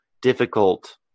difficult